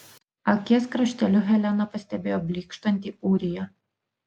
akies krašteliu helena pastebėjo blykštantį ūriją